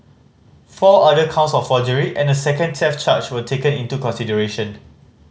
four other counts of forgery and a second theft charge were taken into consideration